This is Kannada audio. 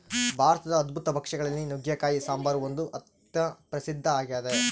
ಭಾರತದ ಅದ್ಭುತ ಭಕ್ಷ್ಯ ಗಳಲ್ಲಿ ನುಗ್ಗೆಕಾಯಿ ಸಾಂಬಾರು ಒಂದು ಅಂತ ಪ್ರಸಿದ್ಧ ಆಗಿದೆ